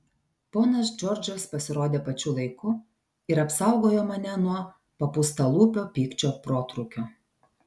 ponas džordžas pasirodė pačiu laiku ir apsaugojo mane nuo papūstalūpio pykčio protrūkio